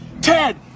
Ted